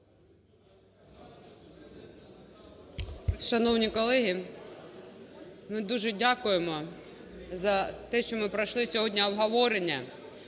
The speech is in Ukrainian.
Шановні колеги, ми дуже дякуємо за те, що ми пройшли сьогодні обговорення.